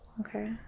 Okay